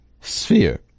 sphere